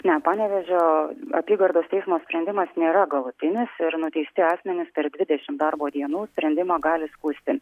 ne panevėžio apygardos teismo sprendimas nėra galutinis ir nuteisti asmenis per dvidešim darbo dienų sprendimą gali skųsti